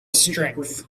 strength